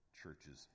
churches